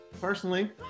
Personally